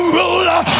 ruler